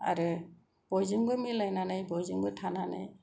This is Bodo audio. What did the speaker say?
आरो बयजोंबो मिलायनानै बयजोंबो थानानै